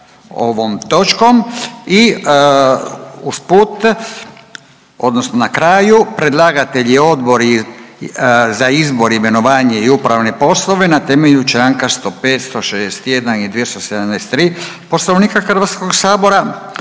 ovom točkom i usput, odnosno na kraju. Predlagatelj je Odbor za izbor, imenovanja i upravne poslove na temelju čl. 105, 161 i 273 Poslovnika HS-a, i kao